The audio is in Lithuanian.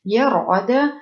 jie rodė